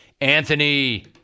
Anthony